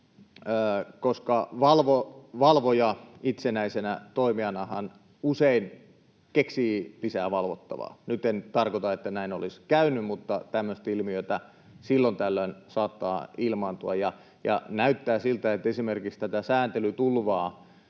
koska valvoja itsenäisenä toimijanahan usein keksii lisää valvottavaa. Nyt en tarkoita, että näin olisi käynyt, mutta tämmöistä ilmiötä silloin tällöin saattaa ilmaantua. Näyttää siltä, että esimerkiksi tätä sääntelytulvaa,